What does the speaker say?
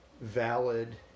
valid